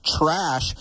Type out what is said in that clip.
trash